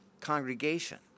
congregation